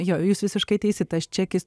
jo jūs visiškai teisi tas čekis